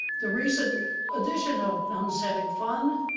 the recent addition of nuns having fun.